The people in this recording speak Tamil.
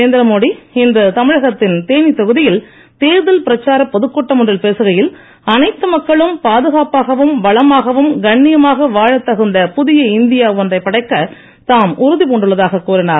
நரேந்திரமோடி இன்று தமிழகத்தின் தேனி தொகுதியில் தேர்தல் பிரச்சார பொதுக் கூட்டம் ஒன்றில் பேசுகையில் அனைத்து மக்களும் பாதுகாப்பாகவும் வளமாகவும் கண்ணியமாக வாழத் தகுந்த புதிய இந்தியா ஒன்றை படைக்கத் தாம் உறுதி பூண்டுள்ளதாக கூறினார்